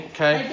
Okay